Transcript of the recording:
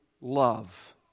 love